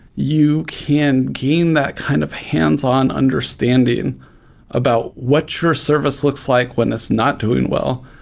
you can gain that kind of hand's on understanding about what your service looks like when it's not doing well.